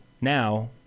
now